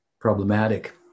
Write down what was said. problematic